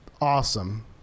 awesome